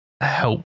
help